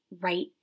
right